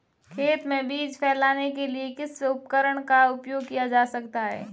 खेत में बीज फैलाने के लिए किस उपकरण का उपयोग किया जा सकता है?